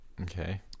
Okay